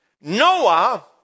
Noah